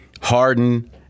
Harden